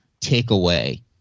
takeaway